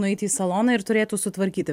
nueiti į saloną ir turėtų sutvarkyti